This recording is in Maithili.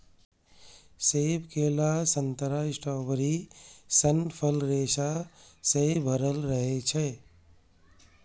सेब, केला, संतरा, स्ट्रॉबेरी सन फल रेशा सं भरल रहै छै